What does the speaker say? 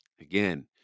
again